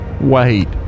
Wait